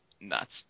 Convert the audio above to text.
nuts